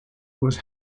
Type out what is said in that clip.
was